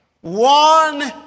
One